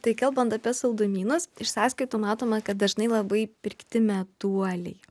tai kalbant apie saldumynus iš sąskaitų matome kad dažnai labai pirkti meduoliai